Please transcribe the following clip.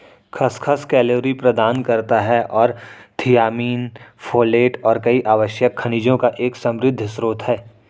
खसखस कैलोरी प्रदान करता है और थियामिन, फोलेट और कई आवश्यक खनिजों का एक समृद्ध स्रोत है